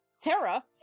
Terra